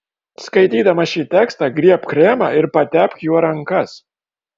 skaitydama šį tekstą griebk kremą ir patepk juo rankas